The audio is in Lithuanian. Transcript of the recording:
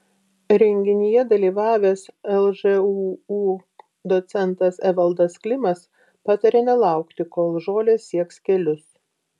renginyje dalyvavęs lžūu docentas evaldas klimas patarė nelaukti kol žolės sieks kelius